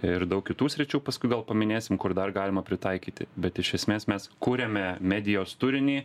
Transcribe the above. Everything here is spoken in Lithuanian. ir daug kitų sričių paskui gal paminėsim kur dar galima pritaikyti bet iš esmės mes kuriame medijos turinį